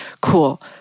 Cool